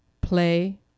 play